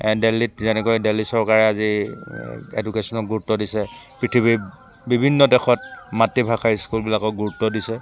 দিল্লীত যেনেকৈ দিল্লী চৰকাৰে আজি এডুকেশ্যনত গুৰুত্ব দিছে পৃথিৱীত বিভিন্ন দেশত মাতৃভাষা স্কুলবিলাকক গুৰুত্ব দিছে